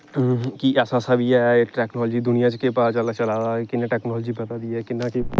कि ऐसा हिस्सा बी टैक्नालाजी दुनियां च केह् पता चला दा कि'यां टैक्नालिजी बधा दी ऐ किन्ना